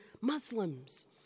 Muslims